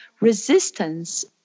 resistance